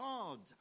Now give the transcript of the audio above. God